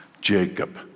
Jacob